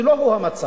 ולא הוא המצב.